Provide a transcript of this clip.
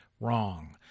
wrong